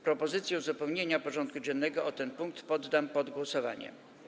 Propozycję uzupełnienia porządku dziennego o ten punkt poddam pod głosowanie.